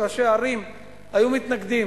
אז אומרים לי שראשי הערים היו מתנגדים.